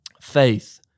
faith